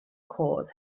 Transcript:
cores